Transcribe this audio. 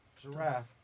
Giraffe